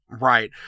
right